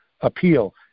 appeal